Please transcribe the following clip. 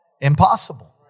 impossible